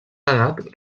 anat